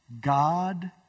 God